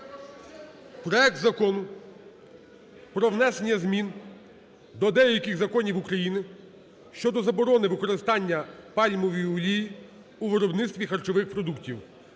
проект Закону про внесення змін до деяких законів України щодо заборони використання пальмової олії у виробництві харчових продуктів